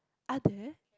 are there